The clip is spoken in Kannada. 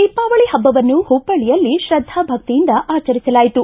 ದೀಪಾವಳಿ ಹಬ್ಬವನ್ನು ಹುಬ್ಬಳ್ಳಯಲ್ಲಿ ಶ್ರದ್ದಾ ಭಕ್ತಿಯಿಂದ ಆಚರಿಸಲಾಯಿತು